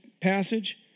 passage